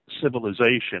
civilization